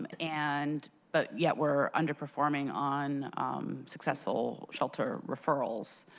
um and but yet we're underperforming on successful shelter referrals.